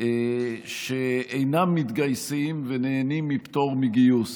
שאינם מתגייסים ונהנים מפטור מגיוס.